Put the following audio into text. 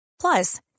Plus